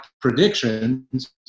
predictions